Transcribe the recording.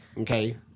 okay